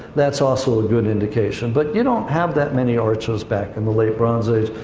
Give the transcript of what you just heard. that's also a good indication. but you don't have that many arches back in the late bronze age,